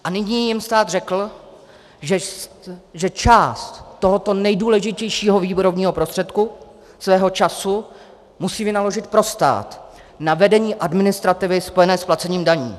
A nyní jim stát řekl, že část tohoto nejdůležitějšího výrobního prostředku, svého času, musí vynaložit pro stát na vedení administrativy spojené s placením daní.